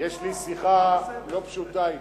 יש לי שיחה לא פשוטה אתו.